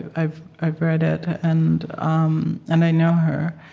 i've i've read it, and um and i know her.